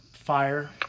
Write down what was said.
fire